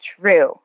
true